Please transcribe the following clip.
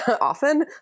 often